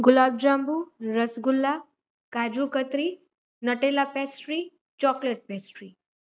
gulab jamun rasgulla kaju katri Nutella pastry chocolate pastry